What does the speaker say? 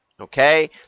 okay